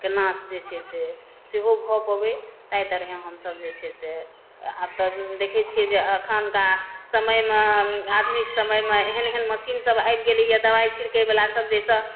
के नाश जे छै से सेहो भऽ पबय ताहि तरहेँ हमसभ जे छै से आब तऽ देखैत छियै जे एखुनका समयमे आधुनिक समयमे एहन एहन मशीनसभ आबि गेलैए दबाइ छिड़कैवला सभ जाहिसँ